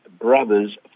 brother's